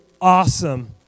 awesome